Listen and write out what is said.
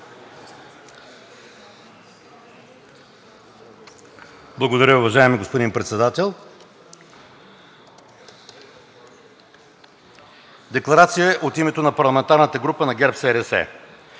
Благодаря, уважаеми господин Председател. Декларация от името на парламентарната група на ГЕРБ-СДС.